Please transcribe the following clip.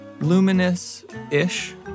luminous-ish